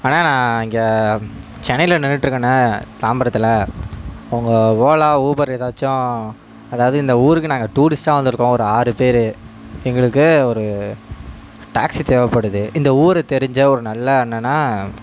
அண்ணே நான் இங்கே சென்னையில் நின்னுட்ருக்கேண்ணே தாம்பரத்தில் உங்கள் ஓலா ஊபர் எதாச்சும் அதாவது இந்த ஊருக்கு நாங்கள் டூரிஸ்ட்டாக வந்திருக்கோம் ஒரு ஆறு பேர் எங்களுக்கு ஒரு டாக்ஸி தேவைப்படுது இந்த ஊர் தெரிஞ்ச ஒரு நல்ல அண்ணனாக